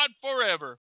forever